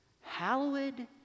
Hallowed